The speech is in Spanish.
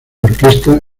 orquesta